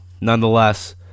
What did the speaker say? nonetheless